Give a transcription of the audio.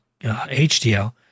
HDL